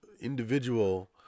individual